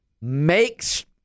makes